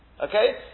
Okay